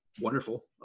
wonderful